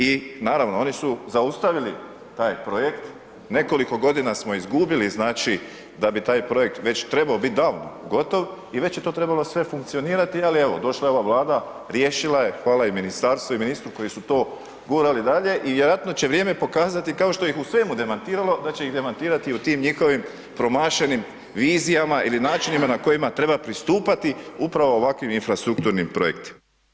I naravno oni su zaustavili taj projekt, nekoliko godina smo izgubili znači da bi taj projekt već trebao biti davno gotov i već je to trebalo sve funkcionirati, al evo došla je ova Vlada, riješila je, hvala i ministarstvu i ministru koji su to gurali dalje i vjerojatno će vrijeme pokazati, kao što ih u svemu demantiralo da će ih demantirati u tim njihovim promašenim vizijama ili načinima na kojima treba pristupati upravo ovakvim infrastrukturnim projektima.